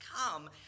come